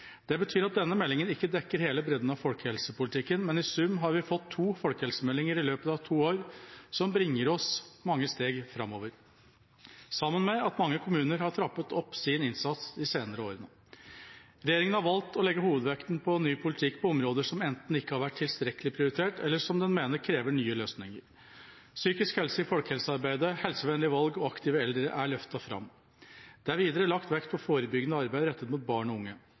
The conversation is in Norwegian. Det betyr at denne meldingen ikke dekker hele bredden av folkehelsepolitikken, men i sum har vi fått to folkehelsemeldinger i løpet av to år som bringer oss mange steg framover, sammen med at mange kommuner har trappet opp sin innsats de senere årene. Regjeringa har valgt å legge hovedvekten på ny politikk på områder som enten ikke har vært tilstrekkelig prioritert, eller som den mener krever nye løsninger. Psykisk helse i folkehelsearbeidet, helsevennlige valg og aktive eldre er løftet fram. Det er videre lagt vekt på forebyggende arbeid rettet mot barn og unge.